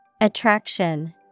Attraction